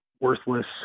worthless